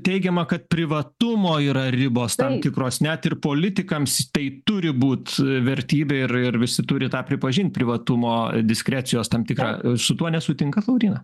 teigiama kad privatumo yra ribos tam tikros net ir politikams tai turi būt vertybė ir ir visi turi tą pripažint privatumo ir diskrecijos tam tikrą su tuo nesutinkat lauryna